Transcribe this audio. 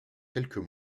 quelques